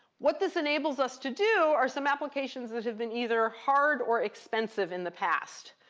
what this enables us to do are some applications that have been either hard or expensive in the past.